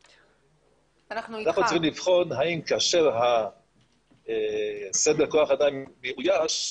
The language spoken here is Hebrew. --- אנחנו צריכים לבחון האם כאשר סדר כוח האדם מאויש,